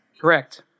Correct